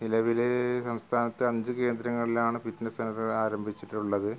നിലവിൽ സംസ്ഥാനത്ത് അഞ്ച് കേന്ദ്രങ്ങളിലാണ് ഫിറ്റ്നസ് സെന്റർ ആരംഭിച്ചിട്ടുള്ളത്